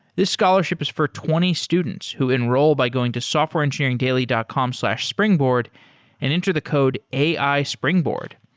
this scholarship is for twenty students who enroll by going to softwareengineeringdaily dot com slash springboard and enter the code ai springboard.